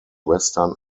western